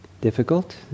difficult